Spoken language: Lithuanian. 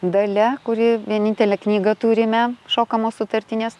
dalia kuri vienintelę knygą turime šokamos sutartinės